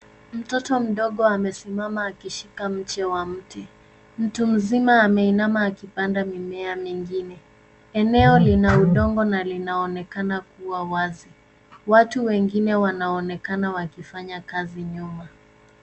Mtoto mdogo amesimama akishika mche wa mti. Mtu mzima ameinama akipanda mimea mengine. Eneo lina udongo na linaonekana kuwa wazi. Watu wengine wanaonekana wakifanya kazi nyuma.